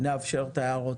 נאפשר את ההערות.